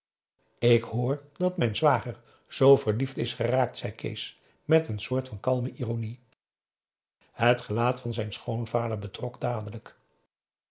ik hoor dat mijn zwager zoo verliefd is geraakt zei kees met n soort van kalme ironie het gelaat van zijn schoonvader betrok dadelijk